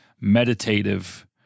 meditative